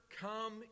come